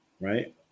Right